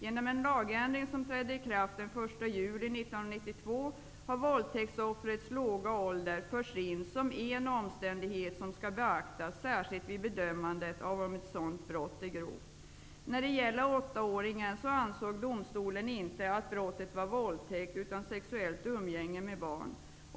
Genom en lagändring som trädde i kraft den 1 juli 1992 har våldtäktsoffrets låga ålder förts in som en omständighet som skall eaktas särskilt vid bedömandet av om ett sådant brott är grovt. När det gäller åttaåringen, ansåg domstolen inte att brottet var våldtäkt, utan sexuellt umgänge med barn.